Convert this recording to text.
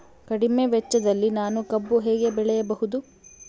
ಕಡಿಮೆ ವೆಚ್ಚದಲ್ಲಿ ನಾನು ಕಬ್ಬು ಹೇಗೆ ಬೆಳೆಯಬಹುದು?